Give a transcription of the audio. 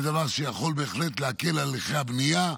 זה דבר שיכול בהחלט להקל את הליכי הבנייה,